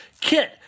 kit